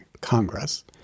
Congress